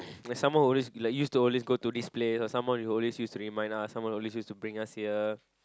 like someone who always like use to always go to this place or someone who always use to remind us or someone always use to bring us here